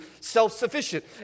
self-sufficient